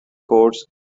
courts